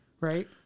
Right